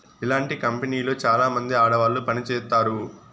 ఇలాంటి కంపెనీలో చాలామంది ఆడవాళ్లు పని చేత్తారు